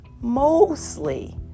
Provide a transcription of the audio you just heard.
mostly